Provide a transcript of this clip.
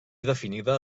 definida